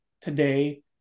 today